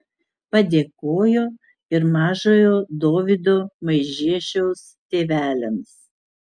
padėkojo ir mažojo dovydo maižiešiaus tėveliams